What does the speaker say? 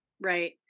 Right